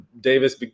Davis